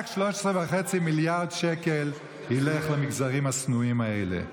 רק 13.5 מיליארד שקל ילכו למגזרים השנואים האלה,